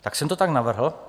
Tak jsem to tak navrhl.